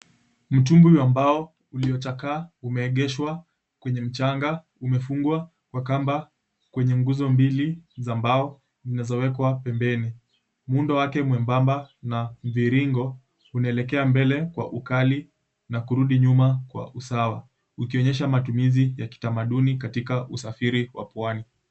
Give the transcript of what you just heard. Mtumbwi wa mbao uliochakaa umeegeshwa kwenye mchanga umefungwa kwa kamba kwenye nguzo mbili za mbao zilizowekwa pembeni. Muundo wake mwembamba na mviringo unaelekea mbele kwa ukali na kurudi nyuma kwa usawa ukionyesha matumizi ya kitamaduni katika usafiri wa pwani.